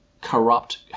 corrupt